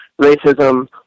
racism